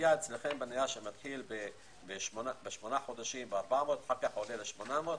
מתחיל בשמונה חודשים ב-400, עובר ל-800,